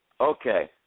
Okay